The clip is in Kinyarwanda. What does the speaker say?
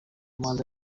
muhanzi